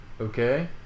Okay